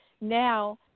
now